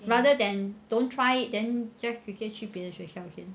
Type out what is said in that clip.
rather than don't try it then just 去别的学校先